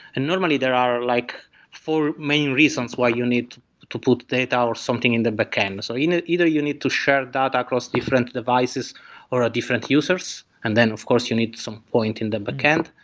and normally, there are like four main reasons why you need to put data or something in the backend so you know either you need to share data across different devices or a different users, and then of course you need some point in the backend.